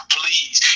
please